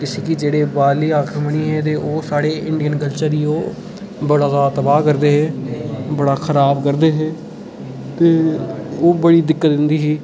जेह्ड़े बाह्रले आक्रमणी हे ओह् साढ़े इंडियन कल्चर ई ओह् बड़ा जैदा तबाह् करदे हे बड़ा खराब करदे हे ते ओह् बड़ी दिक्कत औंदी ही